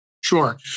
Sure